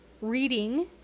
reading